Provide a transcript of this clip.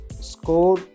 score